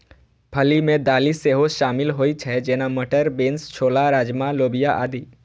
फली मे दालि सेहो शामिल होइ छै, जेना, मटर, बीन्स, छोला, राजमा, लोबिया आदि